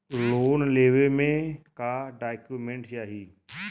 Loan लेवे मे का डॉक्यूमेंट चाही?